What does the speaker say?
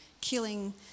killing